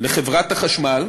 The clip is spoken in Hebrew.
לחברת החשמל,